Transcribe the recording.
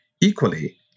Equally